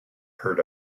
heard